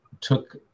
took